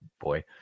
boy